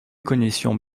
connaissions